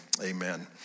amen